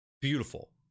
beautiful